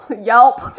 Yelp